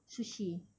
sushi